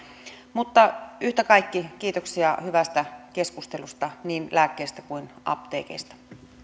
mutta yhtä kaikki kiitoksia hyvästä keskustelusta niin lääkkeistä kuin apteekeista